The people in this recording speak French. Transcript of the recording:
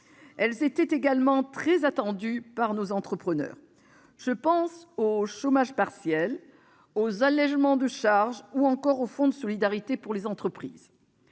Elles étaient également très attendues par nos entrepreneurs. Je pense au chômage partiel, aux allégements de charges ou encore au fonds de solidarité pour les entreprises.